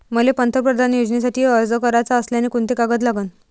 मले पंतप्रधान योजनेसाठी अर्ज कराचा असल्याने कोंते कागद लागन?